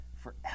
forever